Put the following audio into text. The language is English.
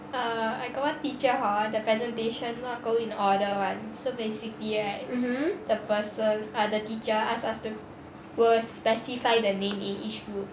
err I got one teacher hor their presentation not go in order [one] so basically right the person ah the teacher ask ask to specify the name in each group